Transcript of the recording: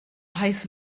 heiß